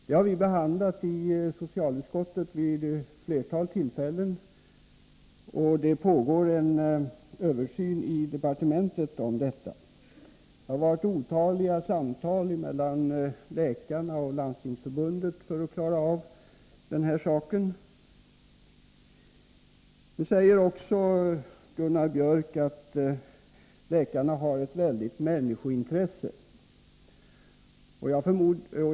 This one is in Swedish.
Det problemet har vi vid flera tillfällen behandlat i socialutskottet, det pågår en översyn av det i departementet, och det har förts otaliga samtal mellan läkarna och Landstingsförbundet för att lösa det. Nu säger Gunnar Biörck också att läkarna har ett väldigt människointresse.